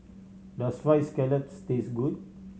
does Fried Scallop taste good